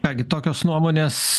ką gi tokios nuomonės